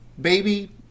baby